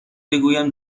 بگویم